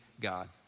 God